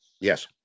Yes